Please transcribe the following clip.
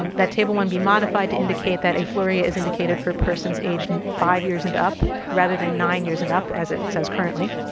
that table one be modified to indicate that afluria is indicated for persons aged and five years and up, rather than nine years and up as it says currently,